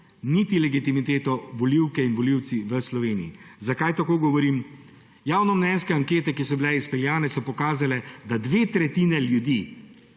niti legitimitete volivke in volivci v Sloveniji. Zakaj tako govorim? Javnomnenjske ankete, ki so bile izpeljane, so pokazale, da dve tretjini ljudi